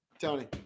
Tony